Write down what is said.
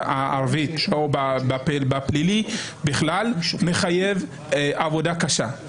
הערבית או בצד פלילי, מחייב עבודה קשה.